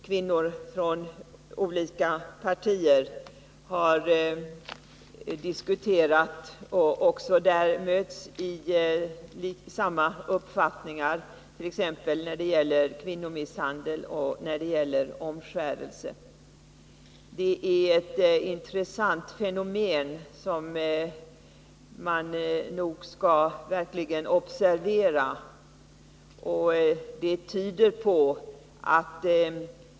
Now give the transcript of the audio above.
Kvinnor från olika partier har då diskuterat t.ex. kvinnomisshandel och omskärelse, och de har då haft samma uppfattning. Det är ett intressant fenomen, som verkligen bör observeras.